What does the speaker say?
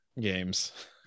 games